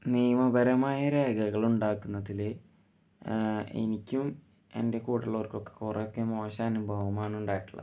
നിയമപരമായ രേഖകളുണ്ടാക്കുന്നതിൽ എനിക്കും എൻ്റെ കൂടെ ഉള്ളവർക്കൊക്കെ കുറേ ഒക്കെ മോശം അനുഭവമാണ് ഉണ്ടായിട്ടുള്ളത്